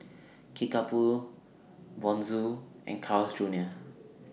Kickapoo Bonjour and Carl's Junior